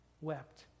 Wept